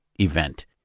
event